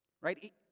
right